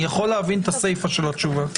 אני יכול להבין את הסיפא של התשובה,